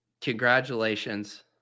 Congratulations